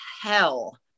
hell